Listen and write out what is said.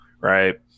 Right